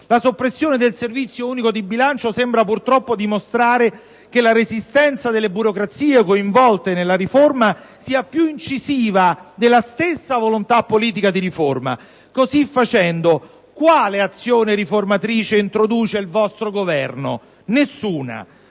La soppressione del Servizio unico di bilancio sembra purtroppo dimostrare che la resistenza delle burocrazie coinvolte nella riforma sia più incisiva della stessa volontà politica di riforma: così facendo, quale azione riformatrice introduce il vostro Governo? Nessuna!